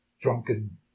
drunken